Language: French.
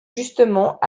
justement